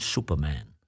Superman